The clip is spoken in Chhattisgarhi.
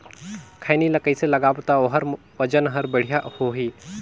खैनी ला कइसे लगाबो ता ओहार वजन हर बेडिया होही?